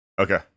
okay